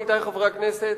עמיתי חברי הכנסת,